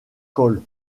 coll